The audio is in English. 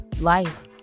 life